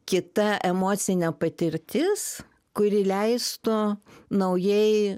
kita emocinė patirtis kuri leistų naujai